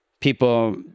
people